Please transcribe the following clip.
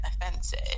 offensive